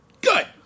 Good